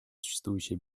существующие